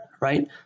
right